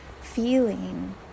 feeling